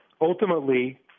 ultimately –